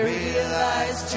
realize